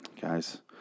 Guys